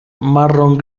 marrón